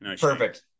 Perfect